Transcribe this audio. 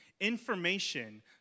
information